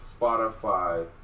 Spotify